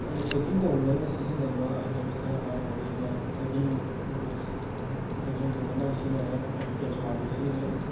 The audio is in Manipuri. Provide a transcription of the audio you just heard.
ꯑꯩꯅ ꯇ꯭ꯔꯦꯛꯀꯤꯡ ꯇꯧꯕꯗ ꯑꯩꯅ ꯁꯤꯖꯤꯟꯅꯕ ꯑꯥꯏꯇꯦꯝꯁ ꯈꯔ ꯍꯥꯏꯔꯒꯗꯤ ꯑꯩꯅ ꯇ꯭ꯔꯦꯛꯀꯤꯡ ꯕꯨꯠꯁ ꯇ꯭ꯔꯦꯛꯀꯤꯡ ꯕꯨꯠꯁ ꯑꯃ ꯑꯩ ꯁꯤꯖꯤꯟꯅꯔꯦ ꯑꯩ ꯀꯦꯆꯋꯥꯒꯤ ꯁꯤꯖꯤꯟꯅꯩ